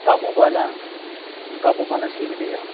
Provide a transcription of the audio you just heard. قابو پالا قابو پانا سیکھ لیا